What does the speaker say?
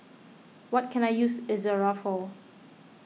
what can I use Ezerra for